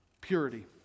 purity